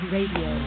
Radio